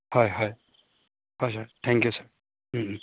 হয় হয় হয় ছাৰ থেংক ইউ ছাৰ